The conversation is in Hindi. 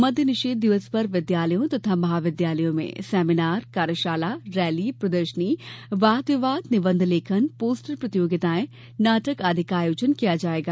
मद्य निषेध दिवस पर विद्यालयों तथा महाविद्यालयों में सेमीनार कार्यशाला रैली प्रदर्शनी वाद विवाद निबंध लेखन पोस्टर प्रतियोगिताएं नाटक आदि का आयोजन किया जाएगा